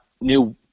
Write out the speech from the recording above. new